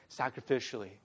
sacrificially